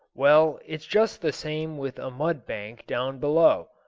well, it's just the same with a mud-bank down below,